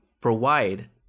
provide